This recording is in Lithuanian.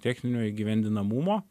techninio įgyvendinamumo